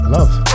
Love